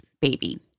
baby